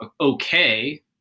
okay